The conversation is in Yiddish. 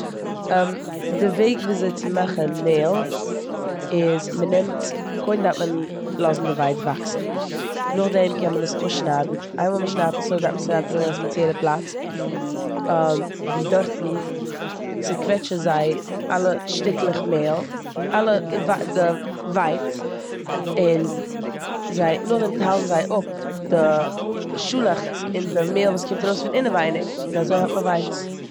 די וועג וויאזוי צו מאכן מעל איז מ'נעמט- קודם דארף מען לאזן די ווייץ וואקסן, נאכדעם קען מען עס אפשניידן. אינמאל מ'שניידט עס אפ דארף מען עס אריינטראגן אין א ספעציעלע פלאץ ווי דארטן ציקוועטשן זיי אלע שטיקלעך מעל- אלע די- די ווייץ און זיי- נאכדעם טיילן זיי אפ די שאלעכטס און די מעל וואס קומט ארויס פון אינעווייניג און אזוי האט מען ווייץ.